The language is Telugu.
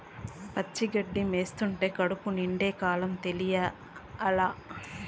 పచ్చి గడ్డి మేస్తంటే కడుపు నిండే కాలం తెలియలా